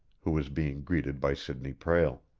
who was being greeted by sidney prale.